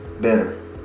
better